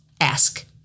Ask